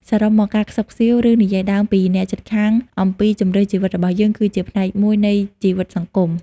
សរុបមក ការខ្សឹបខ្សៀវ ឬ និយាយដើមពីអ្នកជិតខាងអំពីជម្រើសជីវិតរបស់យើង គឺជាផ្នែកមួយនៃជីវិតសង្គម។